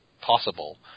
possible